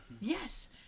Yes